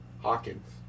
Hawkins